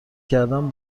کردن